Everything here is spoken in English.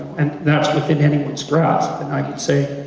and that's within anyone's grasp then i would say,